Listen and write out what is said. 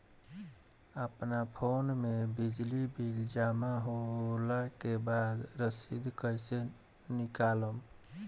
अपना फोन मे बिजली बिल जमा होला के बाद रसीद कैसे निकालम?